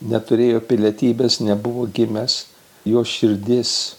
neturėjo pilietybės nebuvo gimęs jo širdis